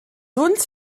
ulls